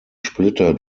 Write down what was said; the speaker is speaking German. splitter